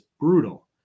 brutal